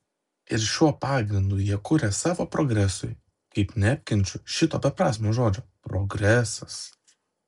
ir šiuo pagrindu jie kuria savo progresui kaip neapkenčiu šito beprasmio žodžio progresas